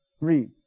Read